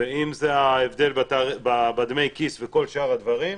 ואם זה ההבדל בדמי הכיס וכל שאר הדברים,